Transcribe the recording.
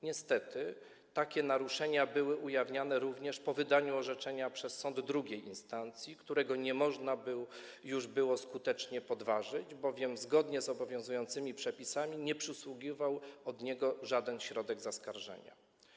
Niestety takie naruszenia były ujawniane również po wydaniu przez sąd II instancji orzeczenia, którego nie można już było skutecznie podważyć, bowiem zgodnie z obowiązującymi przepisami nie przysługiwał od niego żaden środek zaskarżenia.